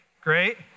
great